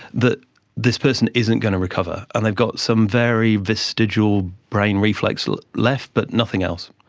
that this person isn't going to recover and they've got some very vestigial brain reflex left but nothing else.